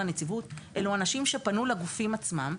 לנציבות אלו אנשים שפנו לגופים עצמם,